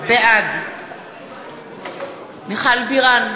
בעד מיכל בירן,